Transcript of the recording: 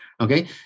Okay